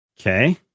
Okay